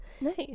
nice